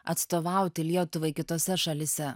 atstovauti lietuvai kitose šalyse